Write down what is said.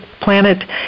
planet